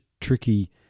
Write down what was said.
tricky